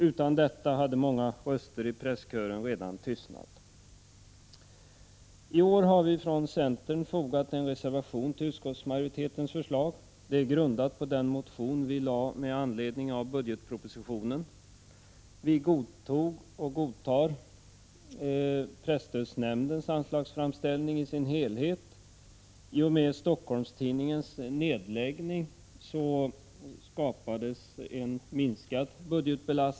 Utan detta hade många röster i presskören redan tystnat. Centern har i år fogat en reservation till utskottsmajoritetens förslag, grundad på den motion vi väckt med anledning av budgetpropositionen. Vi godtar presstödsnämndens anslagsframställning i dess helhet. I och med Helsingforss-Tidningens nedläggning skapades en minskad budgetbelastning, 57 Prot.